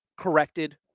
corrected